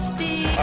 the